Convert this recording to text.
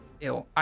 ew